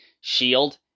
Shield